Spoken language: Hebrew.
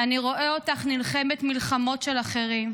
אותך נלחמת מלחמות של אחרים,